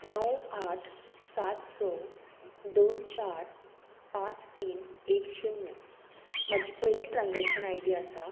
णव आठ सात स दोन चार पांच तीन एक शुन्य म्हजी पयली ट्रान्जॅक्शन आय डी आसा